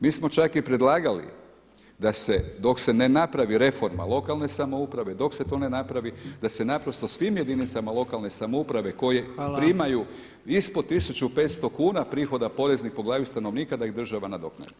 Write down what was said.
Mi smo čak i predlagali da se, dok se ne napravi reforma lokalne samouprave, dok se to ne napravi da se naprosto svim jedinicama lokalne samouprave koje primaju ispod 1500 kn prihoda poreznih po glavi stanovnika da ih država nadoknadi.